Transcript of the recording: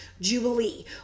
jubilee